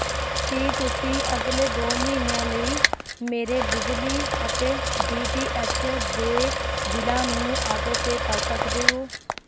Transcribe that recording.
ਕੀ ਤੁਸੀਂਂ ਅਗਲੇ ਦੋ ਮਹੀਨਿਆਂ ਲਈ ਮੇਰੇ ਬਿਜਲੀ ਅਤੇ ਡੀ ਟੀ ਐੱਚ ਦੇ ਬਿੱਲਾਂ ਨੂੰ ਆਟੋਪੇਅ ਕਰ ਸਕਦੇ ਹੋ